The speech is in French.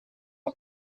aux